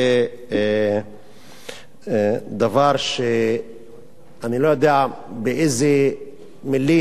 זה דבר שאני לא יודע באיזה מלים,